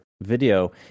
video